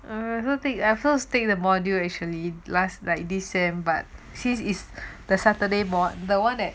I also I also take the module actually last like this sem but since is the saturday mod the [one] that